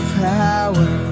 power